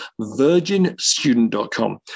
virginstudent.com